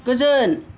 गोजोन